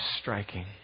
striking